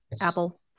Apple